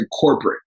corporate